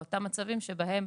לאותם מצבים שבהם